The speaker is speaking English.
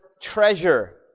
treasure